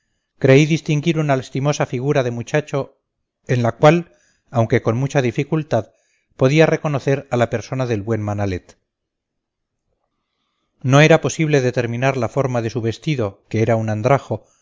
creí distinguir una lastimosa figura de muchacho en la cual aunque con mucha dificultad podía reconocer a la persona del buen manalet no era posible determinar la forma de su vestido que era un andrajo